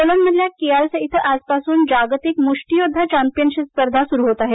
पोलंडमधल्या Kielce इथं आजपासून जागतिक मुष्टीयोद्वा चॅम्पियनशिप स्पर्धा सुरू होत आहे